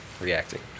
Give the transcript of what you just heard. Reacting